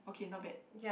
okay not bad